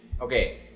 Okay